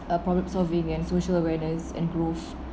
uh problem solving and social awareness and growth